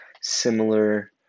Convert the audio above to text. similar